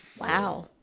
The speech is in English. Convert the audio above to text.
Wow